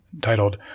titled